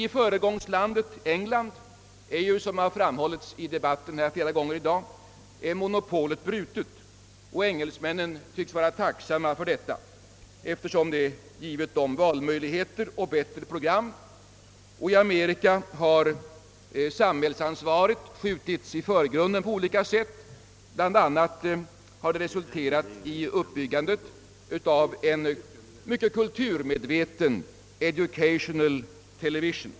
I föregångslandet England är, såsom har framhållits under debatten flera gånger här i dag, monopolet brutet, och engelsmännen tycks vara tacksamma för detta eftersom det har givit dem valmöjligheter och bättre program. I Amerika har samhällsansvaret skjutits i förgrunden på olika sätt. Detta har bl.a. resulterat i uppbyggande av en i hög grad kulturmedveten Educational Television.